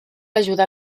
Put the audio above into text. ajudar